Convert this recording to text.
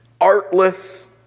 artless